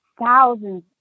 thousands